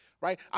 Right